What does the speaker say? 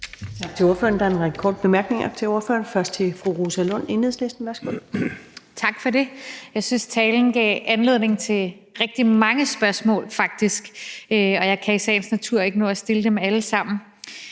Tak til ordføreren. Der er en række korte bemærkninger til ordføreren, først fra fru Rosa Lund, Enhedslisten. Værsgo. Kl. 22:55 Rosa Lund (EL): Tak for det. Jeg synes faktisk, at talen gav anledning til rigtig mange spørgsmål, og jeg kan i sagens natur ikke nå at stille dem alle sammen.